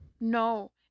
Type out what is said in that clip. No